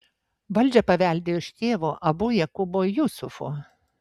valdžią paveldėjo iš tėvo abu jakubo jusufo